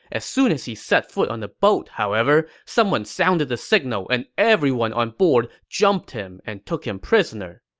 as soon as he set foot on the boat, however, someone sounded the signal and everyone on board jumped him and took him prisoner.